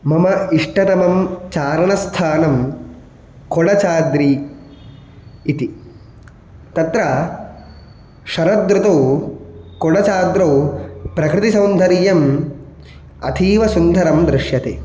मम इष्टतमं चारणस्थानं कोडचाद्रि इति तत्र शरदृतौ कोडचाद्रौ प्रकृतिसौन्दर्यम् अतीवसुन्दरं दृश्यते